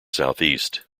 southeast